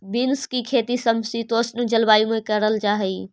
beans की खेती समशीतोष्ण जलवायु में करल जा हई